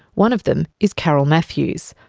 one of them is carol matthews.